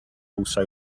also